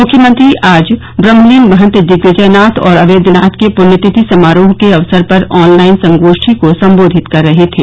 मुख्यमंत्री आज ब्रह्मलीन महत दिग्विजयनाथ और अवेद्यनाथ के पृष्यतिथि समारोह के अवसर पर ऑनलाइन संगोष्ठी को संबोधित कर रहे थे